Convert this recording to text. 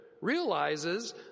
realizes